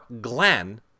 Glenn